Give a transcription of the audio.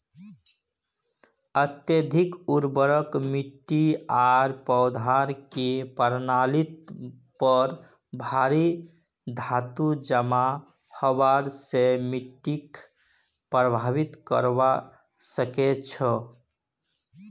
अत्यधिक उर्वरक मिट्टी आर पौधार के प्रणालीत पर भारी धातू जमा हबार स मिट्टीक प्रभावित करवा सकह छह